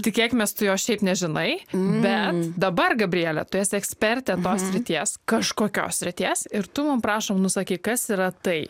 tikėkimės tu jo šiaip nežinai bet dabar gabriele tu esi ekspertė tos srities kažkokios srities ir tu mum prašom nusakyk kas yra tai